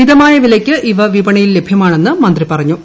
മിതമായ വിലയ്ക്ക് ഇവ വിപണിയിൽ ലഭ്യമാണെന്ന് മന്ത്രി പറഞ്ഞു